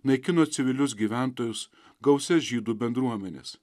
naikino civilius gyventojus gausias žydų bendruomenes